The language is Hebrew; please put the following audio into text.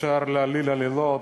אפשר להעליל עלילות,